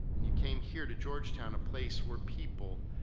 and you came here to georgetown, a place where people,